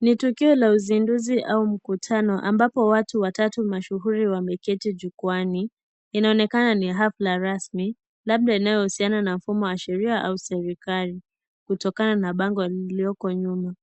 NI tukio la uzinduzi au mkutano ambapo watu watatu washahuri wameketi jukwaani, inaonekana ni hafla rasmi labda inayohusiana na humu wa Sheria au serikali kutokana na bango lililoko nyuma.